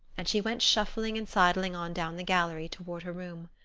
and she went shuffling and sidling on down the gallery toward her room.